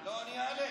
לא, אני אעלה.